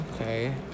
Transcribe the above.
Okay